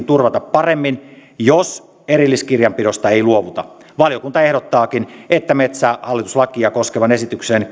turvata paremmin jos erilliskirjanpidosta ei luovuta valiokunta ehdottaakin metsähallitus lakia koskevan esityksen